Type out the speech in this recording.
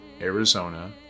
Arizona